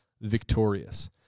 victorious